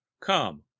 come